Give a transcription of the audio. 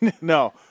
No